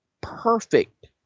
perfect